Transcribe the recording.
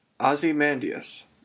ozymandias